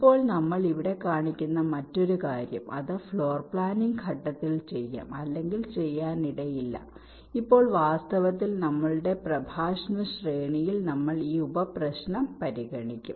ഇപ്പോൾ നമ്മൾ ഇവിടെ കാണിക്കുന്ന മറ്റൊരു കാര്യം അത് ഫ്ലോർ പ്ലാനിംഗ് ഘട്ടത്തിൽ ചെയ്യാം അല്ലെങ്കിൽ ചെയ്യാനിടയില്ല ഇപ്പോൾ വാസ്തവത്തിൽ നമ്മുടെ പ്രഭാഷണ ശ്രേണിയിൽ ഉപപ്രശ്നം നമ്മൾ പരിഗണിക്കും